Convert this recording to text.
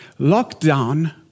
Lockdown